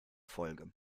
folge